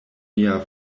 mia